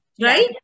right